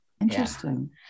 interesting